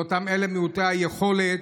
לאותם מעוטי היכולת,